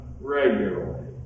regularly